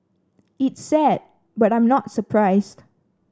it's sad but I'm not surprised